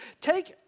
Take